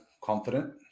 confident